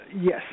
yes